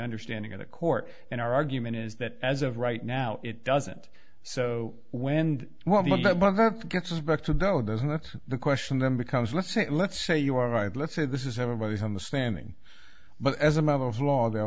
understanding of the court and our argument is that as of right now it doesn't so wende what about that but that gets back to della doesn't that's the question then becomes let's say let's say you are right let's say this is everybody's understanding but as a matter of law the